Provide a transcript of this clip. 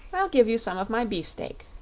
i'll give you some of my beefsteak,